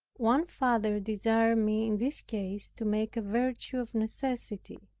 one father desired me in this case to make a virtue of necessity.